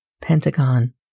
pentagon